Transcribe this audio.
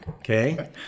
Okay